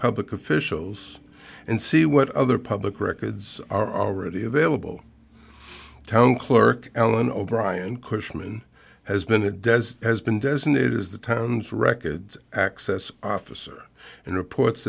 public officials and see what other public records are already available town clerk ellen o'brien cushman has been a does has been designated as the town's records access officer and reports